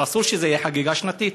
ואסור שזה יהיה חגיגה שנתית.